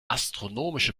astronomische